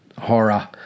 horror